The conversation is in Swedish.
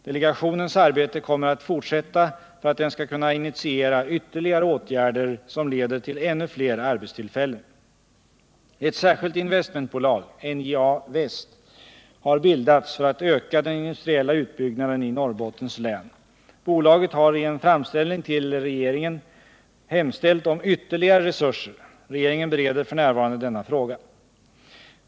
Delegationens arbete kommer att fortsätta för att den skall kunna initiera ytterligare åtgärder som leder till ännu fler arbetstillfällen. Ett särskilt investmentbolag — NJA-invest — har bildats för att öka den industriella utbyggnaden i Norrbottens län. Bolaget har i en framställning till regeringen hemställt om ytterligare resurser. Regeringen bereder f. n. denna fråga.